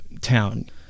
town